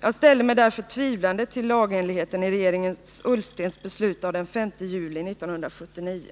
Jag ställde mig därför tvivlande till lagenligheten i regeringen Ullstens beslut av den 5 juli 1979.